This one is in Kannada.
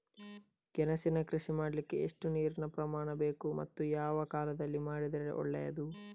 ಗೆಣಸಿನ ಕೃಷಿ ಮಾಡಲಿಕ್ಕೆ ಎಷ್ಟು ನೀರಿನ ಪ್ರಮಾಣ ಬೇಕು ಮತ್ತು ಯಾವ ಕಾಲದಲ್ಲಿ ಮಾಡಿದರೆ ಒಳ್ಳೆಯದು?